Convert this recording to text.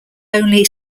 only